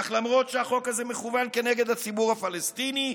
אך למרות שהחוק הזה מכוון כנגד הציבור הפלסטיני,